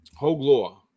Hoglaw